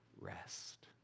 rest